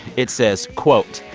it says, quote,